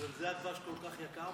בגלל זה הדבש כל כך יקר בארץ.